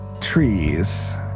Trees